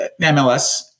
MLS